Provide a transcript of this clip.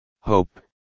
Hope